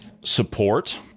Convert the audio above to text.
support